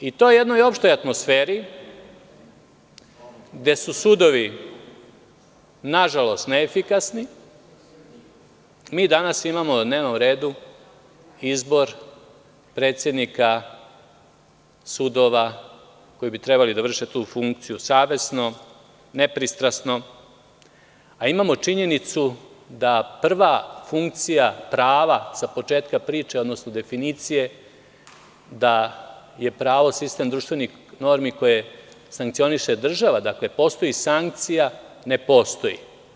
U toj jednoj opštoj atmosferi, gde su sudovi, nažalost, neefikasni, mi danas imamo na dnevnom redu izbor predsednika sudova koji bi trebali da vrše tu funkciju savesno, nepristrasno, a imamo činjenicu da prva funkcija prava sa početka priče, odnosno definicije da je pravo sistem društvenih normi koje sankcioniše država, dakle postoji sankcija – ne postoji.